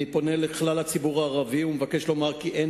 אני פונה אל כלל הציבור הערבי ומבקש לומר כי אין